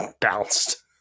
bounced